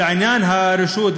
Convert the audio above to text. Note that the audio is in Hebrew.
אבל עניין הרשות,